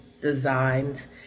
designs